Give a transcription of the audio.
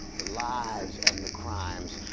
the lies and the crimes,